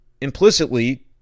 implicitly